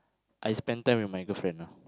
I spent time with my girlfriend ah